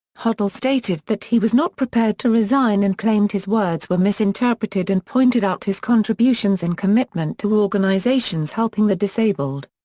hoddle stated that he was not prepared to resign and claimed his words were misinterpreted and pointed out his contributions and commitment to organisations helping the disabled.